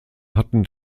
hatten